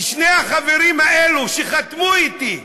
שני החברים האלו שחתמו אתי,